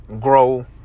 grow